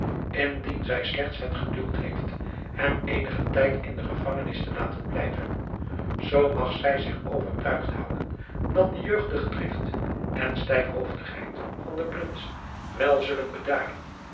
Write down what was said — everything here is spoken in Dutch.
indien zij slechts het geduld heeft hem eenigen tijd in de gevangenis te laten blijven zoo mag zij zich overtuigd houden dat de jeugdige drift en stijfhoofdigheid van den prins wel zullen bedaren